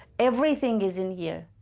everything is in here.